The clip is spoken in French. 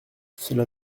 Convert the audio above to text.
cela